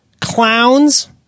clowns